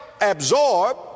absorb